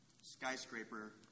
Skyscraper